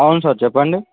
అవును సార్ చెప్పండి